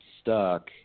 stuck